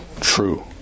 true